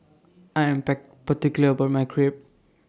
I Am particular about My Crepe